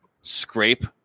scrape